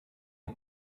een